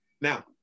Now